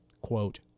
quote